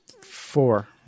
four